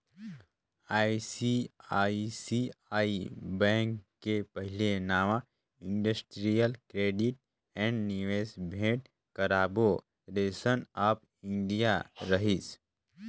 ICICI bank के पहिले नांव industrial credit and investment corporation of India रहिस